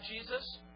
Jesus